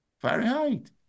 Fahrenheit